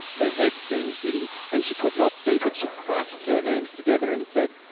her head seemed giddy, and she could not see, but she clasped her hands together and said,